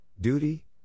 duty